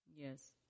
Yes